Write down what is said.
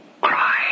cry